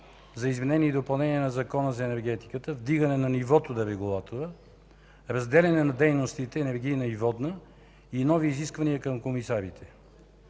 за изменение и допълнение на Закона за енергетиката: вдигане на нивото на регулатора; разделяне на дейностите – енергийна и водна; и нови изисквания към комисарите.